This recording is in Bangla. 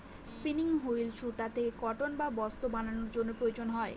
স্পিনিং হুইল সুতা থেকে কটন বা বস্ত্র বানানোর জন্য প্রয়োজন হয়